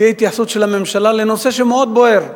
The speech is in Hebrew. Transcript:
שתהיה התייחסות של הממשלה בנושא בוער מאוד,